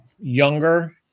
younger